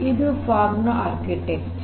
ಇದು ಫಾಗ್ ನ ವಾಸ್ತುಶಿಲ್ಪ